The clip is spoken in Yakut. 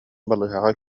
балыыһаҕа